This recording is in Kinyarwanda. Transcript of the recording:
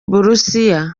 burusiya